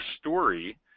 story